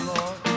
Lord